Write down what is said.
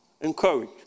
Encourage